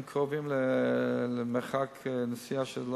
הם קרובים במרחק נסיעה, כן,